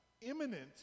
imminent